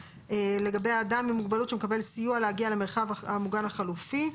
לגבי אדם עם מוגבלות שמקבל סיוע להגיע למרחב המוגן החלופי.